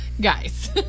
Guys